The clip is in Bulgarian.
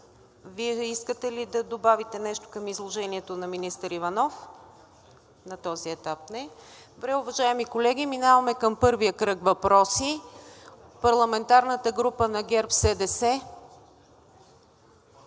Вие искате ли да добавите нещо към изложението на министър Иванов? На този етап не. Уважаеми колеги, минаваме към първия кръг въпроси. Парламентарната група на ГЕРБ-СДС –